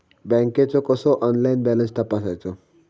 बँकेचो कसो online balance तपासायचो?